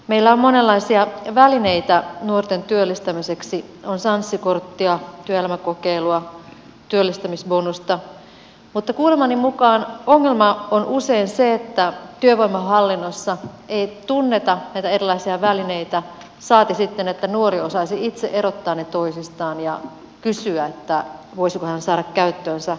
meillä on monenlaisia välineitä nuorten työllistämiseksi on sanssi korttia työelämäkokeilua työllistämisbonusta mutta kuulemani mukaan ongelma on usein se että työvoimahallinnossa ei tunneta näitä erilaisia välineitä saati sitten että nuori osaisi itse erottaa ne toisistaan ja kysyä voisiko hän saada käyttöönsä esimerkiksi työelämäkokeilun